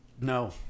No